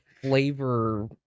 flavor